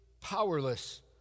powerless